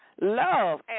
love